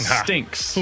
stinks